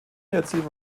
erziehung